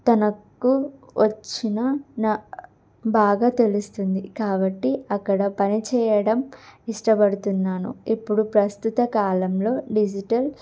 తనకు వచ్చినా నా బాగా తెలుస్తుంది కాబట్టి అక్కడ పనిచేయడం ఇష్టపడుతున్నాను ఇప్పుడు ప్రస్తుత కాలంలో డిజిటల్